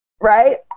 Right